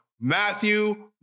Matthew